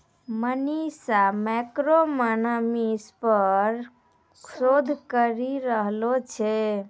Manisha macroeconomics पर शोध करी रहलो छै